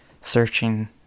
searching